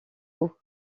haut